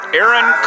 Aaron